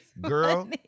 Girl